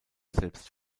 selbst